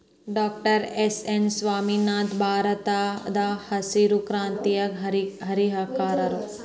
doctor M S Swaminathan ಭಾರತದಹಸಿರು ಕ್ರಾಂತಿಯ ಹರಿಕಾರರು